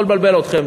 לא לבלבל אתכם.